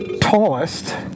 tallest